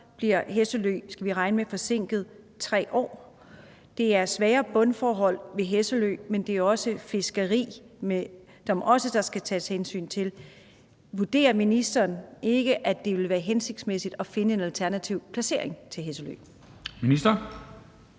at Hesselø bliver forsinket 3 år. Der er svære bundforhold ved Hesselø, men der skal også tages hensyn til fiskeriet. Vurderer ministeren ikke, at det vil være hensigtsmæssigt at finde en alternativ placering til Hesselø? Kl.